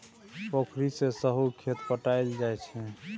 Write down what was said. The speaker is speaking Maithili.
पोखरि सँ सहो खेत पटाएल जाइ छै